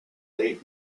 late